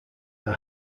are